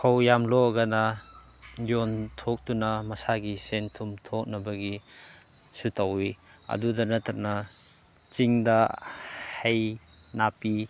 ꯐꯧ ꯌꯥꯝ ꯂꯣꯛꯑꯒꯅ ꯌꯣꯟꯊꯣꯛꯇꯨꯅ ꯃꯁꯥꯒꯤ ꯁꯦꯟꯊꯨꯝ ꯊꯣꯛꯅꯕꯒꯤꯁꯨ ꯇꯧꯏ ꯑꯗꯨꯗ ꯅꯠꯇꯅ ꯆꯤꯡꯗ ꯍꯩ ꯅꯥꯄꯤ